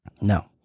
no